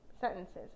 sentences